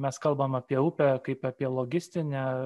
mes kalbam apie upę kaip apie logistinę